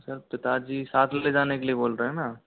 sir पिताजी साथ ले जाने के लिए बोल रहे हैं न